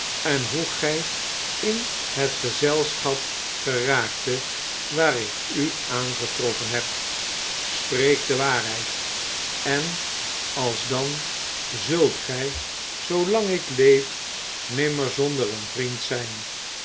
en hoe gij in het gezelschap geraaktet waar ik u aangetroffen heb spreek de waarheid en alsdan zult gij zoolang ik leef nimmer zonder een vriend zijn